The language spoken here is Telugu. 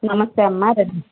నమస్తే అమ్మ రండి